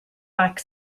back